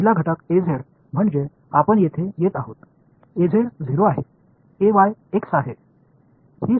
तर पहिला घटक म्हणजे आपण येथे येत आहोत 0 आहे x आहे ही संज्ञा 0 आहे